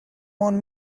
want